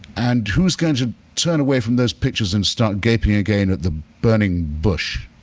and who's going to turn away from those pictures and start gaping again at the burning bush?